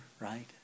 right